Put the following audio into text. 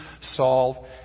solve